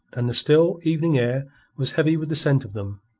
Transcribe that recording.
and the still, evening air was heavy with the scent of them.